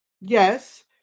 Yes